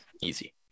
easy